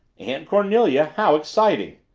aunt cornelia how exciting!